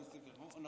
אני אוסיף לך.